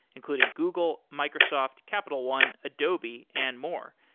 including google, microsoft, capital one, adobe and more.